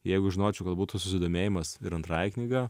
jeigu žinočiau kad būtų susidomėjimas ir antrąja knyga